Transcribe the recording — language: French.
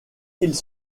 ils